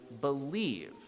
believe